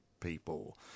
people